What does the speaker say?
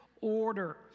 order